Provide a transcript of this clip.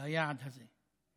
ביעד הזה.